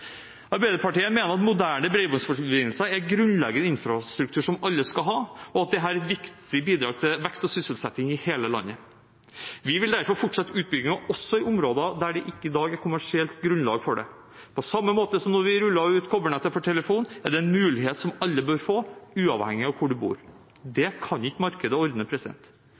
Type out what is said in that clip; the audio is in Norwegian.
Arbeiderpartiet mener moderne bredbåndsforbindelse er grunnleggende infrastruktur som alle skal ha, og at dette er et viktig bidrag til vekst og sysselsetting i hele landet. Vi vil derfor fortsette utbyggingen også i områder der det i dag ikke er kommersielt grunnlag for det. På samme måte som da man rullet ut kobbernettet for telefon, er dette en mulighet som alle bør få, uavhengig av hvor man bor. Det kan ikke markedet ordne.